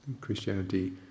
Christianity